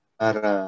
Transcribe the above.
para